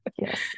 Yes